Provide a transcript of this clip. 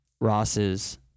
Ross's